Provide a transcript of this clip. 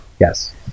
Yes